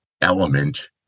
element